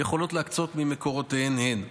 יכולות להקצות ממקורותיהן שלהן.